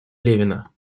левина